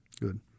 Good